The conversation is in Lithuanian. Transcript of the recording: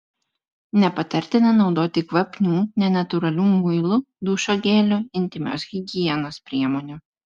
nepatartina naudoti kvapnių nenatūralių muilų dušo gelių intymios higienos priemonių